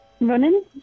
Running